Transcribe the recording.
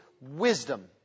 wisdom